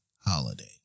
holiday